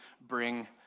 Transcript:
bring